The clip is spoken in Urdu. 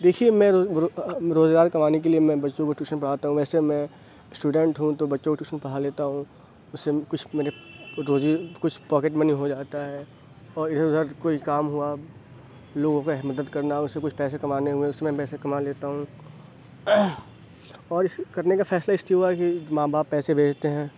دیکھیے میں رو روزگار کمانے کے لیے میں بچوں کو ٹیوشن پڑھاتا ہوں ویسے میں اسٹوڈنٹ ہوں تو بچوں کو ٹیوشن پڑھا لیتا ہوں اس سے کچھ میرے روزی کچھ پاکٹ منی ہو جاتا ہے اور ادھر ادھر کوئی کام ہوا لوگوں کا مدد کرنا اس سے کچھ پیسے کمانے ہوئے اس میں پیسے کما لیتا ہوں اور اس کرنے کا فیصلہ اس لیے ہوا کہ ماں باپ پیسے بھیجتے ہیں